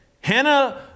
Hannah